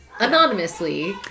anonymously